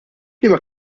liema